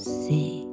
see